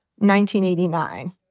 1989